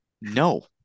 No